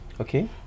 Okay